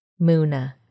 Muna